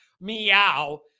meow